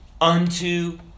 unto